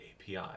API